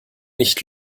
nicht